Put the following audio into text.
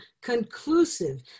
conclusive